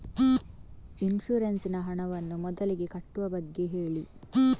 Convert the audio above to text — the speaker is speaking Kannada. ಇನ್ಸೂರೆನ್ಸ್ ನ ಹಣವನ್ನು ಮೊದಲಿಗೆ ಕಟ್ಟುವ ಬಗ್ಗೆ ಹೇಳಿ